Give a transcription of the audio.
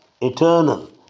eternal